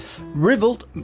Revolt